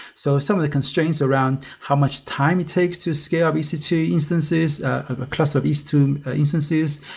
so some of the constraints around how much time it takes to scale e c two instances, a cluster of e c two ah instances.